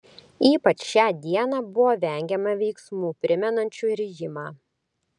ypač šią dieną buvo vengiama veiksmų primenančių rijimą